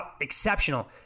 exceptional